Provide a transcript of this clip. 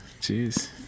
Jeez